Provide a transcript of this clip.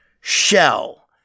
shell